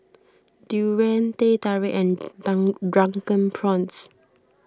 Durian Teh Tarik and Drunken Prawns